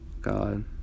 God